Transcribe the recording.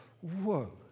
whoa